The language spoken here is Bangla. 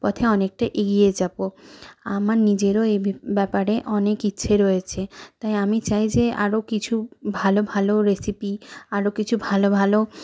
পথে অনেকটা এগিয়ে যাব আমার নিজেরও এ বি ব্যাপারে অনেক ইচ্ছে রয়েছে তাই আমি চাই যে আরও কিছু ভালো ভালো রেসিপি আরও কিছু ভালো ভালো